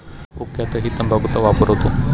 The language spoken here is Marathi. हुक्क्यातही तंबाखूचा वापर होतो